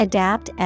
Adapt